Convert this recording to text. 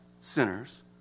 sinners